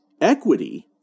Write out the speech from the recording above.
equity